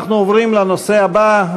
אנחנו עוברים לנושא הבא,